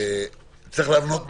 שצריך להבנות משהו.